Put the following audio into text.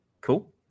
Cool